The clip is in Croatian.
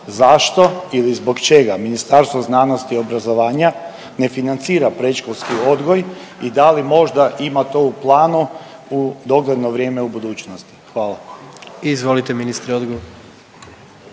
zašto ili zbog čega Ministarstvo znanosti i obrazovanja ne financira predškolski odgoj i da li možda ima to u planu u dogledno vrijeme u budućnosti? Hvala. **Jandroković,